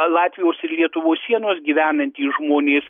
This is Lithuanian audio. latvijos ir lietuvos sienos gyvenantys žmonės